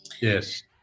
yes